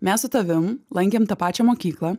mes su tavim lankėm tą pačią mokyklą